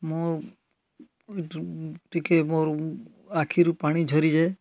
ମୋ ଟିକିଏ ମୋର ଆଖିରୁ ପାଣି ଝରିଯାଏ